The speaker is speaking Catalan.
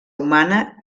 humana